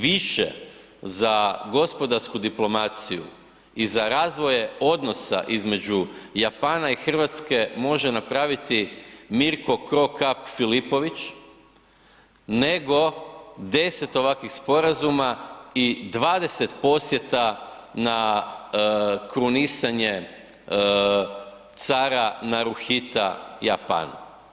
Više za gospodarsku diplomaciju i za razvoje odnosa između Japana i Hrvatske može napraviti Miro Cro Cop Filipović nego 10 ovakvih sporazuma i 20 posjeta na krunisanje cara Naruhita Japanu.